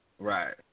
Right